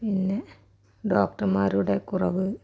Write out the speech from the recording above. പിന്നെ ഡോക്ടർമാരുടെ കുറവ്